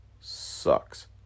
sucks